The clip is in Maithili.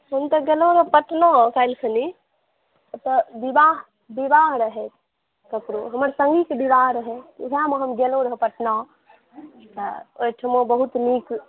हम तऽ गेलहुँ र पटना काल्हिखन ओतऽ विवाह विवाह रहै ककरो हमर सङ्गीके नब विवाह रहै वएहमे हम गेलहुँ रह पटना तऽ ओहिठमा बहुत नीक